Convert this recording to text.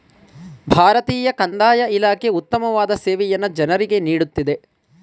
ಭಾರತೀಯ ಕಂದಾಯ ಇಲಾಖೆ ಉತ್ತಮವಾದ ಸೇವೆಯನ್ನು ಜನರಿಗೆ ನೀಡುತ್ತಿದೆ